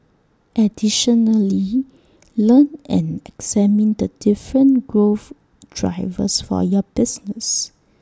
additionally learn and examine the different growth drivers for your business